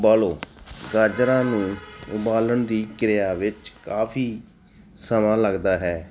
ਉਬਾਲੋ ਗਾਜਰਾਂ ਨੂੰ ਉਬਾਲਣ ਦੀ ਕਿਰਿਆ ਵਿੱਚ ਕਾਫੀ ਸਮਾਂ ਲੱਗਦਾ ਹੈ